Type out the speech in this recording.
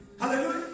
Hallelujah